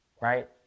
right